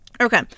Okay